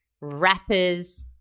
rappers